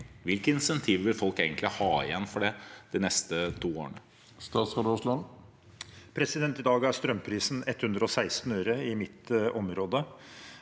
Hvilke insentiver vil folk egentlig ha igjen for det de neste to årene? Statsråd Terje Aasland I dag er strøm- prisen 116 øre i mitt område.